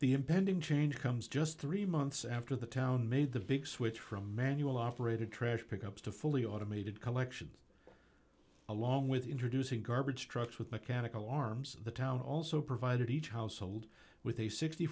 the impending change comes just three months after the town made the big switch from manual operated trash pick ups to fully automated collections along with introducing garbage trucks with mechanical arms the town also provided each household with a sixty